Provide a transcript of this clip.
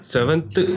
Seventh